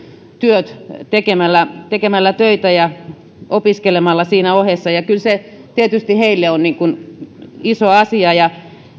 työt tekemällä tekemällä töitä ja opiskelemalla siinä ohessa ja kyllä se tietysti heille on iso asia